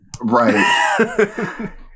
right